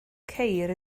ceir